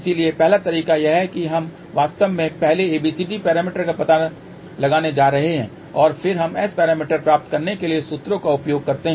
इसलिए पहला तरीका यह है कि हम वास्तव में पहले ABCD पैरामीटर का पता लगाने जा रहे हैं और फिर हम S पैरामीटर प्राप्त करने के लिए सूत्रों का उपयोग करते हैं